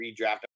redraft